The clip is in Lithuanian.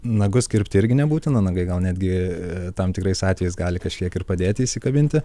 nagus kirpti irgi nebūtina nagai gal netgi tam tikrais atvejais gali kažkiek ir padėti įsikabinti